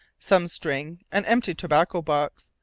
some string, an empty tobacco box,